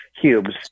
cubes